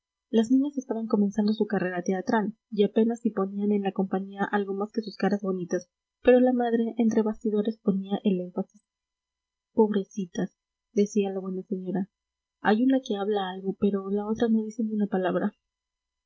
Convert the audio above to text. las niñas estaban comenzando su carrera teatral y apenas si ponían en la compañía algo más que sus caras bonitas pero la madre entre bastidores ponía el énfasis pobrecitas decía la buena señora hay una que habla algo pero la otra no dice ni una palabra